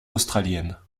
australienne